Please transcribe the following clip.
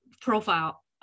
profile